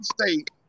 State